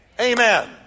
Amen